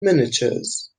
miniatures